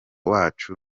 wacu